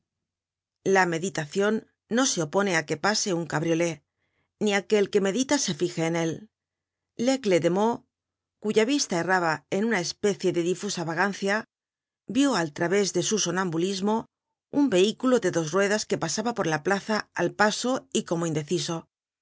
la meditacion no se opone á que pase un cabriolé ni á que el que medita se fije en él laigle de meaux cuya vista erraba en una especie de difusa vagancia vió al través de su somnambulismo un vehículo de dos ruedas que pasaba por la plaza al paso y como indeciso